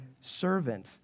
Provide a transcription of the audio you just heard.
servant